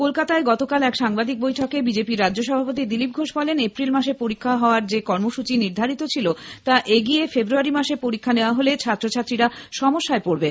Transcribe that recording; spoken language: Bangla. কলকাতায় গতকাল এক সাংবাদিক বৈঠকে বিজেপির রাজ্য সভাপতি দিলীপ ঘোষ বলেন এপ্রিল মাসে পরীক্ষা হওয়ার যে সময়সৃচি নির্ধারিত ছিল তা এগিয়ে ফেব্রুয়ারি মাসে পরীক্ষা নেওয়া হলে ছাত্রছাত্রীরা সমস্যায় পড়বে